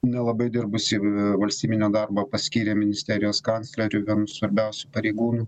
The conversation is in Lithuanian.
nelabai dirbusį valstybinio darbo paskyrė ministerijos kancleriu vienu svarbiausių pareigūnų